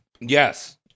Yes